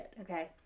okay